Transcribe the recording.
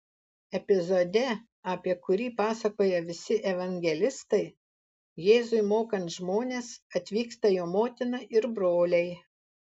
epizode apie kurį pasakoja visi evangelistai jėzui mokant žmones atvyksta jo motina ir broliai